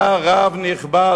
היה רב נכבד,